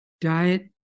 diet